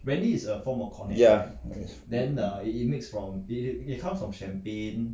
ya